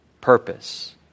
purpose